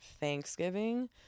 Thanksgiving